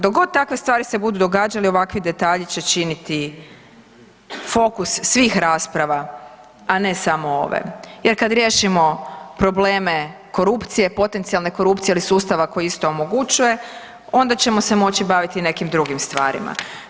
Dok god takve stvari se budu događale ovakvi detalji će čini fokus svih rasprava, a ne samo ove jer kad riješimo probleme korupcije i potencijalne korupcije ili sustava koji isto omogućuje onda ćemo se moći baviti i nekim drugim stvarima.